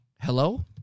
Hello